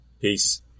Peace